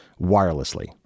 wirelessly